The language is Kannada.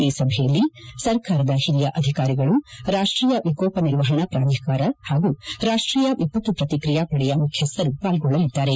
ಈ ಸಭೆಯಲ್ಲಿ ಸರ್ಕಾರದ ಹಿರಿಯ ಅಧಿಕಾರಿಗಳು ರಾಷ್ವೀಯ ವಿಕೋಪ ನಿರ್ವಹಣಾ ಪ್ರಾಧಿಕಾರ ಪಾಗೂ ರಾಷ್ಟೀಯ ವಿಪತ್ತು ಪ್ರಕ್ರಿಯಾ ಪಡೆಯ ಮುಖ್ಯಸ್ಥರು ಪಾಲ್ಗೊಳ್ಳಲಿದ್ದಾರೆ